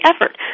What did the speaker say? effort